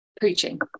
preaching